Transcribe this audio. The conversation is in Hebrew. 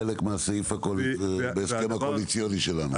זה חלק מהסעיף בהסכם הקואליציוני שלנו.